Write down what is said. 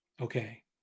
okay